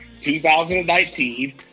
2019